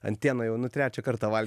antieną jau nu trečią kartą